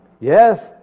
Yes